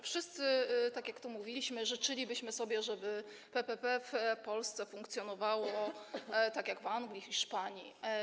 Wszyscy, tak jak tu mówiliśmy, życzylibyśmy sobie, żeby PPP w Polsce funkcjonowało tak jak w Anglii, Hiszpanii.